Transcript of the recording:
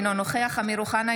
אינו נוכח אמיר אוחנה,